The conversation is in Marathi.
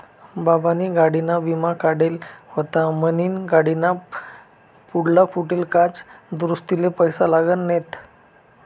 बाबानी गाडीना विमा काढेल व्हता म्हनीन गाडीना पुढला फुटेल काच दुरुस्तीले पैसा लागना नैत